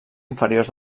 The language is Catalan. inferiors